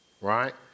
right